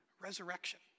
resurrection